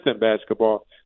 basketball